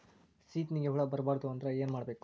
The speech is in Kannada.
ಸೀತ್ನಿಗೆ ಹುಳ ಬರ್ಬಾರ್ದು ಅಂದ್ರ ಏನ್ ಮಾಡಬೇಕು?